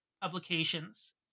publications